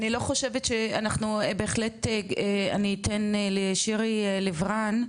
אני לא חושבת שאנחנו בהחלט אני אתן לשירי לב-רן,